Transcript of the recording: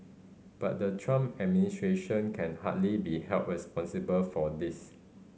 but the Trump administration can hardly be held responsible for this